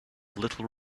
little